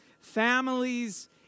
families